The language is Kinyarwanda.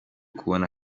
kubona